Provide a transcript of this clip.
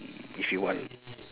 if you want